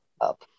up